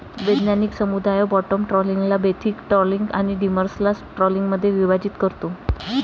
वैज्ञानिक समुदाय बॉटम ट्रॉलिंगला बेंथिक ट्रॉलिंग आणि डिमर्सल ट्रॉलिंगमध्ये विभाजित करतो